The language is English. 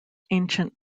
ancient